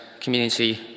community